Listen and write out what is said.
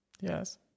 yes